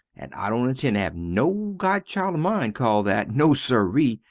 and i dont intend to have no godchild of mine cald that, no siree,